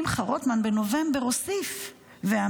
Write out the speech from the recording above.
בנובמבר שמחה רוטמן הוסיף ואמר: